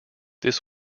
this